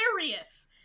Hilarious